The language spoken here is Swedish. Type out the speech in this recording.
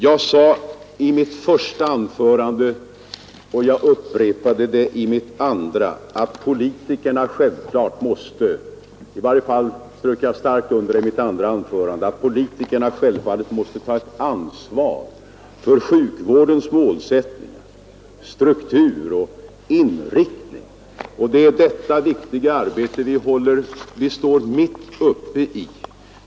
Jag sade i mitt första anförande — och jag upprepade det i mitt andra — att politikerna givetvis måste ta ansvar för sjukvårdens målsättningar, struktur och inriktning. Det är detta viktiga arbete vi står mitt uppe i.